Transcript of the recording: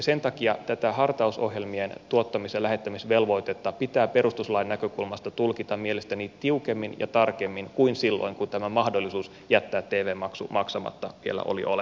sen takia tätä hartausohjelmien tuottamis ja lähettämisvelvoitetta pitää perustuslain näkökulmasta tulkita mielestäni tiukemmin ja tarkemmin kuin silloin kun tämä mahdollisuus jättää tv maksu maksamatta vielä oli olemassa